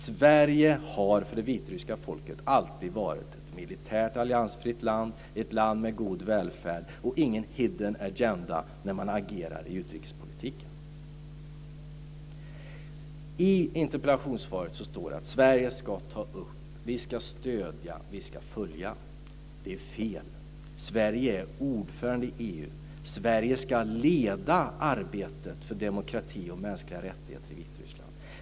Sverige har för det vitryska folket alltid varit ett militärt alliansfritt land, ett land med välfärd och ett land där man inte haft någon hidden agenda när man agerat i utrikespolitiken. I interpellationssvaret står det att Sverige ska ta upp frågan, stödja och följa. Det är fel. Sverige är ordförande i EU. Sverige ska leda arbetet för demokrati och mänskliga rättigheter i Vitryssland.